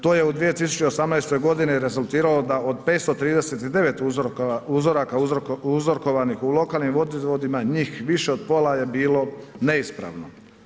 To je u 2018. godini rezultiralo da od 539 uzoraka uzorkovanih u lokalnim vodovodima njih više od pola je bilo neispravno.